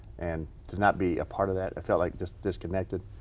and to not be a part of that i felt like just disconnected.